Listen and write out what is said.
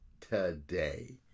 today